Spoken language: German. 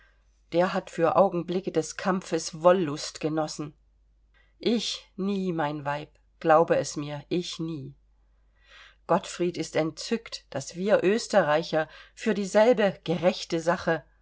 der hat für augenblicke des kampfes wollust genossen ich nie mein weib glaube es mir ich nie gottfried ist entzückt daß wir österreicher für dieselbe gerechte sache